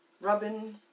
Rubbing